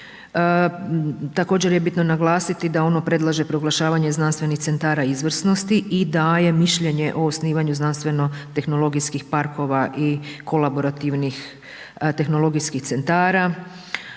Također je bitno naglasiti da ono predlaže proglašavanje znanstvenih centara izvrsnosti i daje mišljenje o osnivanju znanstveno tehnologijskih parkova i kolaborativnih tehnologijskih centara,